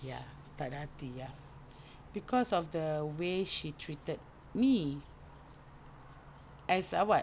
ya tak ada hati ya cause of the way she treated me as a what